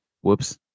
Whoops